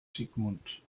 sigmund